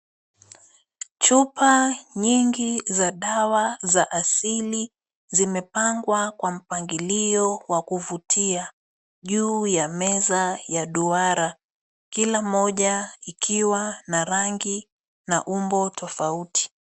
Chupa nyingi za dawa za asili zimepangwa kwa mpangilio wa kuvutia juu ya meza ya duara, kila moja ikiwa na rangi na umbo tofauti.